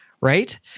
right